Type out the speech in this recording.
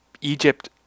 egypt